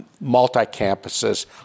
multi-campuses